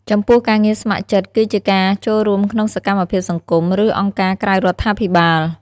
ចំពោះការងារស្ម័គ្រចិត្តគឺជាការ ចូលរួមក្នុងសកម្មភាពសង្គម ឬអង្គការក្រៅរដ្ឋាភិបាល។